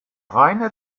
reine